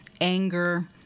anger